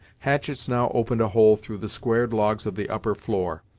hatchets now opened a hole through the squared logs of the upper floor,